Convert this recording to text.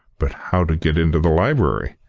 but how to get into the library?